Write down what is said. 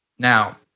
Now